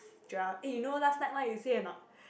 Joel eh you know last night what you say or not